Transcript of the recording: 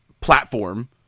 platform